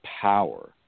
power